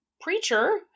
preacher